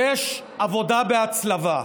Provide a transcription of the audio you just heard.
יש עבודה בהצלבה.